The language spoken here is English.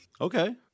Okay